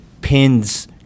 pins